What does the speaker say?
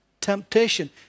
temptation